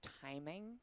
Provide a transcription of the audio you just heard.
timing